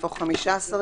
יבוא: "15 ימים"